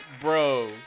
Bro